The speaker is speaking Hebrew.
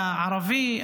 אתה ערבי,